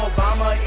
Obama